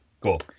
cool